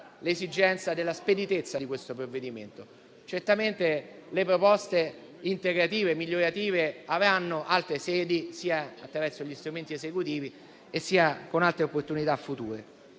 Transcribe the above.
l'esigenza della speditezza del provvedimento. Certamente le proposte integrative e migliorative avranno altre sedi sia attraverso gli strumenti esecutivi sia con altre opportunità future.